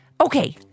Okay